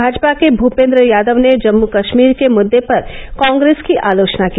भाजपा के भूपेन्द्र यादव ने जम्मू कश्मीर के मुद्दे पर कांग्रेस की आलोचना की